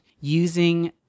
using